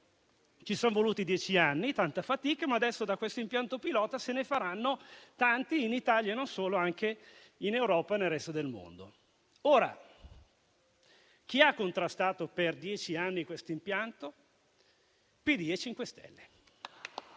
Ci sono voluti dieci anni e tanta fatica, ma adesso da questo impianto pilota se ne faranno tanti in Italia e non solo, anche in Europa e nel resto del mondo. Ebbene, chi ha contrastato per dieci anni questo impianto? PD e 5 Stelle.